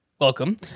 Welcome